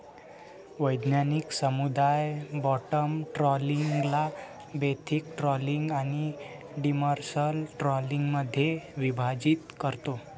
वैज्ञानिक समुदाय बॉटम ट्रॉलिंगला बेंथिक ट्रॉलिंग आणि डिमर्सल ट्रॉलिंगमध्ये विभाजित करतो